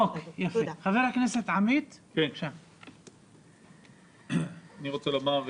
אני רוצה לומר,